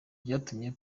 byatumye